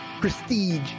prestige